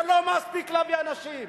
זה לא מספיק להביא אנשים.